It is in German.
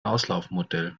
auslaufmodell